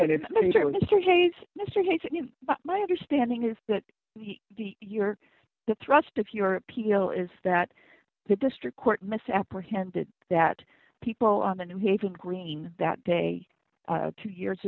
hayes mr hayes my understanding is that you're the thrust of your appeal is that the district court misapprehended that people on the new haven green that day two years